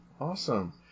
Awesome